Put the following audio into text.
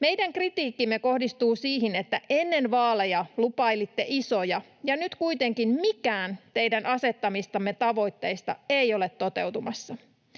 Meidän kritiikkimme kohdistuu siihen, että ennen vaaleja lupailitte isoja, ja nyt kuitenkaan mikään teidän asettamistanne tavoitteista ei ole toteutumassa.